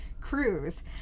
cruise